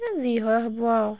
যি হয় হ'ব আৰু